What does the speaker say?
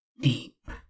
deep